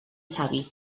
savi